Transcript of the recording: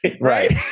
Right